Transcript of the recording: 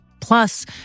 Plus